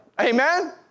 Amen